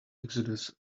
exodus